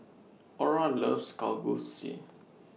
Orra loves Kalguksu